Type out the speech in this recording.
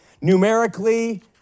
Numerically